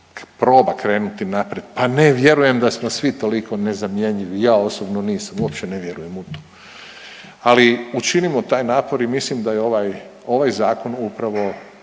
proba krenuti naprijed. Pa ne vjerujem da smo svi toliko nezamjenjivi. Ja osobno nisam, uopće ne vjerujem u to. Ali učinimo taj napor i mislim da je ovaj zakon upravo